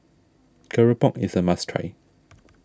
Keropok is a must try